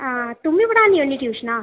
हां तुम्मी पढ़ान्नी होन्नी ट्यूशनां